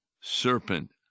serpent